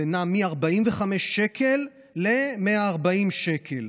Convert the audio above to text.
זה נע מ-45 שקל ל-140 שקל,